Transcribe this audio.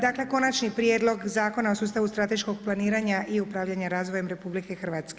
Dakle, Konačni prijedlog Zakona o sustavu strateškog planiranja i upravljanja razvojem RH.